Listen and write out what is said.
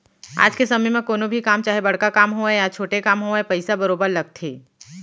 आज के समे म कोनो भी काम चाहे बड़का काम होवय या छोटे काम होवय पइसा बरोबर लगथे